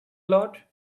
lot